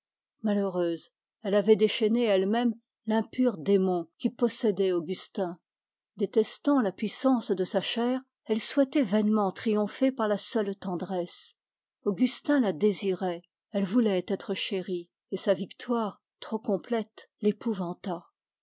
malheureuse elle avait déchaîné elle-même l'impur démon qui possédait augustin détestant la puissance de sa chair elle souhaitait vainement triompher par la seule tendresse augustin la désirait elle voulait être chérie et sa victoire trop complète